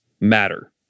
matter